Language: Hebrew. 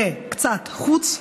וקצת לחוץ.